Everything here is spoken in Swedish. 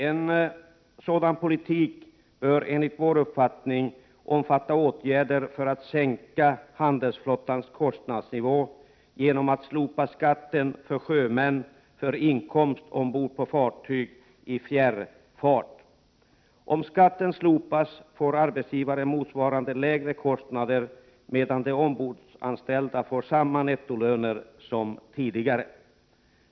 En sådan politik bör, enligt vår uppfattning, omfatta åtgärder för att sänka handelsflottans kostnadsnivå genom att slopa skatten på sjömäns inkomster för arbete ombord på fartyg i fjärrfart. Om skatten slopas får arbetsgivaren motsvarande lägre kostnader, medan de ombordanställda får samma nettolöner som tidigare.